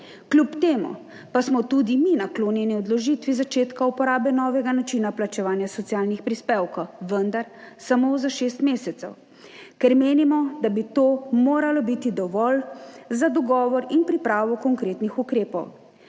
Kljub temu pa smo tudi mi naklonjeni odložitvi začetka uporabe novega načina plačevanja socialnih prispevkov, vendar samo za šest mesecev, ker menimo, da bi to moralo biti dovolj za dogovor in pripravo konkretnih ukrepov.